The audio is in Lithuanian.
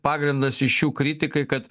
pagrindas iš jų kritikai kad